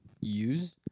use